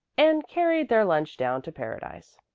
and carried their lunch down to paradise.